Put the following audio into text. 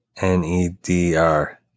n-e-d-r